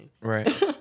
Right